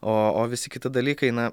o o visi kiti dalykai na